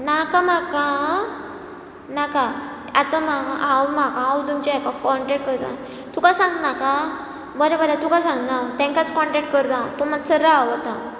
नाका म्हाका आ नाका आतां नाका म्हाका हांव तुमच्या हाका कॉन्टेक्ट करता तुका सांगनाका बरें बरें तुका सांगना तांकांच कॉनटेक्ट करता हांव तूं मातसो राव आतां